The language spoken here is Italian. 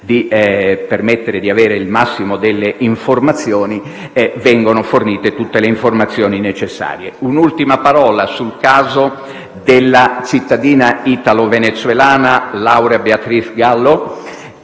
ha l'obiettivo di fornire il massimo delle informazioni, vengono fornite tutte le informazioni necessarie. Un'ultima parola pronuncio sul caso della cittadina italo-venezuelana Laura Beatriz Gallo,